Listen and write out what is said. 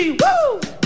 woo